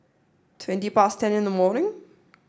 twenty past ten in the morning